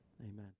Amen